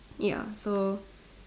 ya so